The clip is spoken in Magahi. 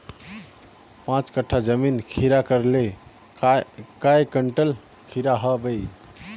पाँच कट्ठा जमीन खीरा करले काई कुंटल खीरा हाँ बई?